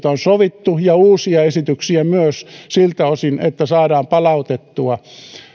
on sovittu ja uusia esityksiä myös siltä osin että saadaan palautettua